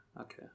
Okay